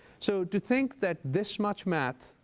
so to think that this much math,